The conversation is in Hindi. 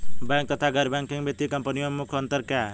बैंक तथा गैर बैंकिंग वित्तीय कंपनियों में मुख्य अंतर क्या है?